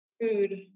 food